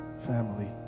family